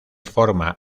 forma